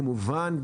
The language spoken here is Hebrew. כמובן,